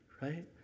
right